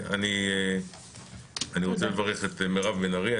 אני רוצה לברך את מירב בן ארי,